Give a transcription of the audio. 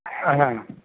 ہاں